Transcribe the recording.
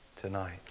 tonight